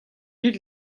dit